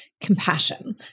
compassion